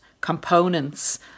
components